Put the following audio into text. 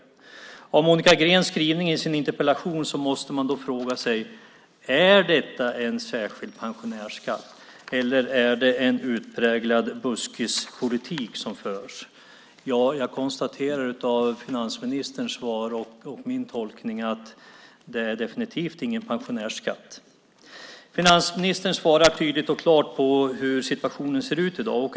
Utifrån Monica Greens skrivning i interpellationen måste man fråga sig om det handlar om en särskild pensionärsskatt eller om det är en utpräglad buskispolitik som förs. Av finansministerns svar framgår, och det är också min tolkning, att det definitivt inte är fråga om någon pensionärsskatt. Finansministern förklarar tydligt och klart hur situationen ser ut i dag.